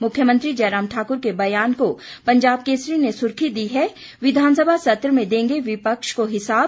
मुख्यमंत्री जयराम ठाकुर के बयान को पंजाब केसरी ने सुर्खी दी है विघानसभा सत्र में देंगे विपक्ष को हिसाब